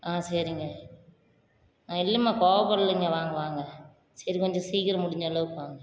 ஆ சரிங்க ஆ இல்லைம்மா கோவப்படலங்க வாங்க வாங்க சரி கொஞ்சம் சீக்கிரம் முடிஞ்ச அளவுக்கு வாங்க